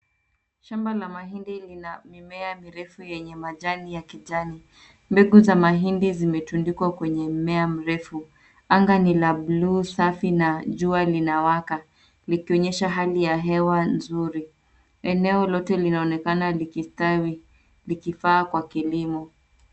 Shamba la mahindi lina mimea mirefu yenye majani ya kijani. Mbegu za mahindi zimetundikwa kwenye mmea mrefu. Anga ni la blue safi na jua linawaka likionyesha hali ya hewa nzuri. Eneo lote linaoonekana likistawi, likifaa kwa kilimo.